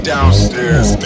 Downstairs